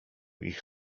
ich